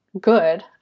good